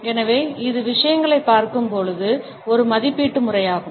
எனவே இது விஷயங்களைப் பார்க்கும் ஒரு மதிப்பீட்டு முறையாகும்